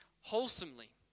wholesomely